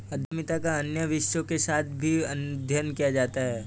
उद्यमिता का अन्य विषयों के साथ भी अध्ययन किया जाता है